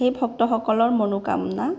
সেই ভক্তসকলৰ মনোকামনা